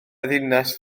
ddinas